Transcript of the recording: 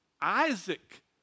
Isaac